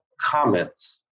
comments